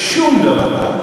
שום דבר.